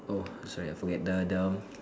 oh sorry I forget the the